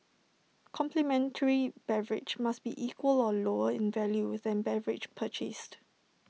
complimentary beverage must be equal or lower in value than beverage purchased